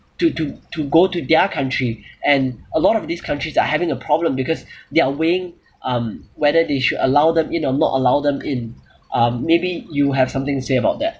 to to to go to their country and a lot of these countries are having a problem because they are weighing um whether they should allow them in or not allow them in um maybe you have something to say about that